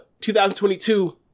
2022